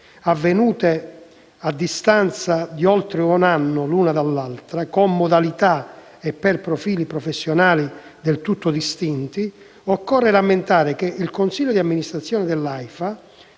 avvenute ad oltre un anno di distanza l'una dall'altra, con modalità e per profili professionali del tutto distinti, occorre rammentare che il consiglio di amministrazione dell'Aifa,